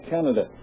Canada